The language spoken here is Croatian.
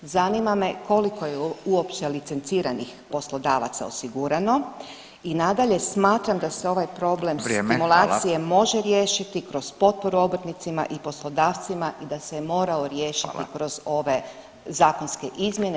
Zanima me koliko je uopće licenciranih poslodavaca osigurano i nadalje smatram da se ovaj problem stimulacije [[Upadica: Vrijeme, hvala.]] može riješiti kroz potporu obrtnicima i poslodavcima i da se je morao riješiti [[Upadica: Hvala.]] kroz ove zakonske izmjene.